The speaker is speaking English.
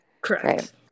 Correct